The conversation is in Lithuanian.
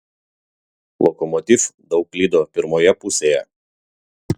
lokomotiv daug klydo pirmoje pusėje